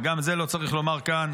וגם את זה לא צריך לומר כאן,